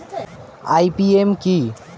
IPM কি?